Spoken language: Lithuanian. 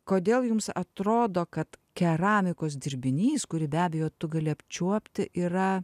kodėl jums atrodo kad keramikos dirbinys kurį be abejo tu gali apčiuopti yra